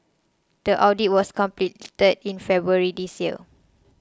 the audit was completed in February this year